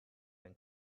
than